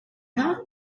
her